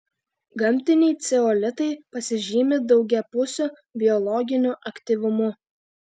gamtiniai ceolitai pasižymi daugiapusiu biologiniu aktyvumu